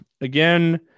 again